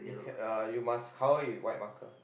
uh you must cover with white marker